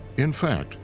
in fact,